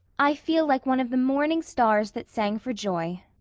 i feel like one of the morning stars that sang for joy,